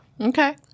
okay